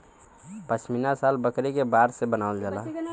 पश्मीना शाल बकरी के बार से बनावल जाला